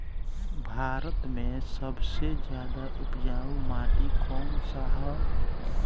भारत मे सबसे ज्यादा उपजाऊ माटी कउन सा ह?